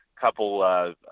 couple